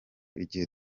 igihe